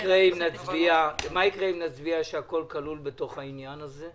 מה יקרה אם נצביע שהכל כלול בתוך העניין הזה?